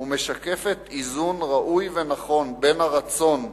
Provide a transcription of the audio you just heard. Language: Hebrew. ומשקפת איזון ראוי ונכון בין הרצון,